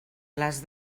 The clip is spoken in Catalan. les